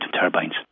turbines